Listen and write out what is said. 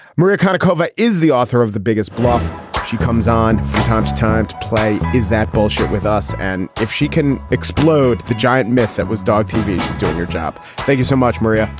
maria kind of. cova is the author of the biggest bluff she comes on from time to time to play. is that bullshit with us? and if she can explode the giant myth that was dog tv doing your job. thank you so much, maria.